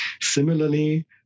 Similarly